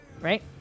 right